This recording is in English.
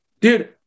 Dude